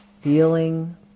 Feeling